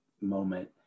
moment